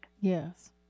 Yes